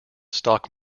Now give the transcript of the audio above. stock